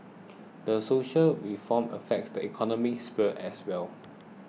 the social reforms affects the economy sphere as well